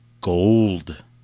gold